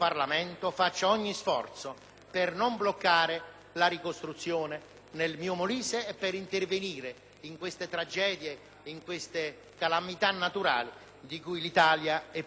per non bloccare la ricostruzione nel mio Molise e per intervenire in queste tragedie e calamità naturali di cui l'Italia è piena. Vi ringrazio.